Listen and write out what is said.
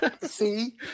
see